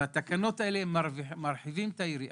התקנות האלה מרחיבות את היריעה,